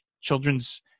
children's